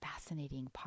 fascinating